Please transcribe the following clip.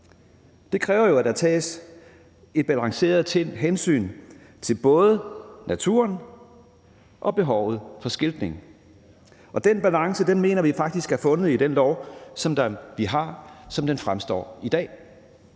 Det kræver jo, at der tages et balanceret hensyn til både naturen og behovet for skiltning, og den balance mener vi faktisk er fundet i den lov, som vi har, og som den fremstår i dag.